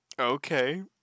Okay